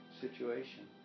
situation